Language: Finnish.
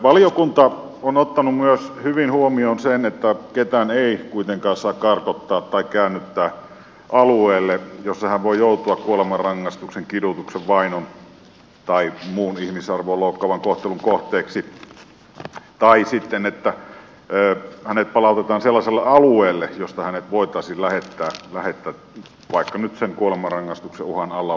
valiokunta on ottanut myös hyvin huomioon sen että ketään ei kuitenkaan saa karkottaa tai käännyttää alueelle jossa hän voi joutua kuolemanrangaistuksen kidutuksen vainon tai muun ihmisarvoa loukkaavan kohtelun kohteeksi eikä palauttaa sellaiselle alueelle josta hänet voitaisiin lähettää vaikka nyt paikkaan jossa olisi kuolemanrangaistuksen uhan alla